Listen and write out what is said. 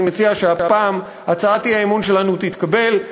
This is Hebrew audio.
אני מציע שהפעם הצעת האי-אמון שלנו תתקבל,